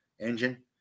engine